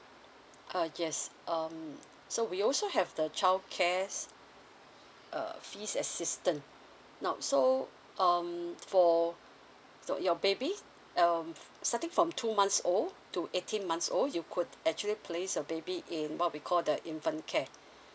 uh yes um so we also have the child cares err fees assistant now so um for for your baby um starting from two months old to eighteen months old you could actually place the baby in what we call the infant care